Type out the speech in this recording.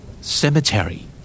Cemetery